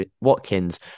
Watkins